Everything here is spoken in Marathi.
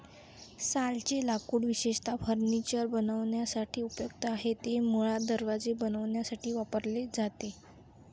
सालचे लाकूड विशेषतः फर्निचर बनवण्यासाठी उपयुक्त आहे, ते मुळात दरवाजे बनवण्यासाठी वापरले जाते